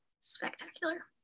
Spectacular